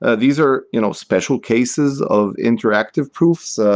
ah these are you know special cases of interactive proofs, ah